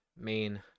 main